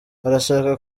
arashaka